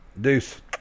Deuce